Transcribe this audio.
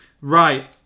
Right